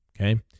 Okay